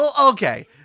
okay